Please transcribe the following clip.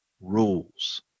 rules